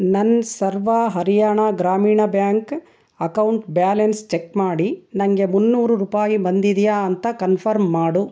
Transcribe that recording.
ನನ್ನ Sarva Haryana Gramin bank account balance check ಮಾಡಿ ನಂಗೆ ಮುನ್ನೂರು ರೂಪಾಯಿ ಬಂದಿದೆಯಾ ಅಂತ ಕನ್ಫರ್ಮ್ ಮಾಡು